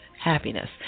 happiness